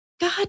God